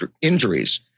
injuries